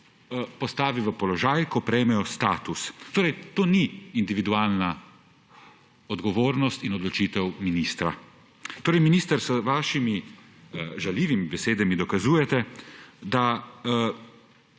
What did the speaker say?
postavi v položaj, ko prejmejo status, torej to ni individualna odgovornost in odločitev ministra. Minister, s svojimi žaljivimi besedami dokazujete, da